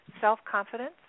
Self-confidence